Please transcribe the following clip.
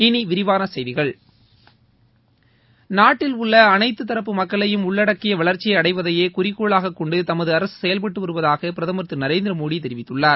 இனி விரிவான செய்திகள் நாட்டில் உள்ள அனைத்து தரப்பு மக்களையும் உள்ளடக்கிய வளர்ச்சியை அடைவதையே குறிக்கோளாக கொண்டு தமது அரசு செயல்பட்டு வருவதாக பிரதமர் திரு நரேந்திர மோடி தெரிவித்துள்ளார்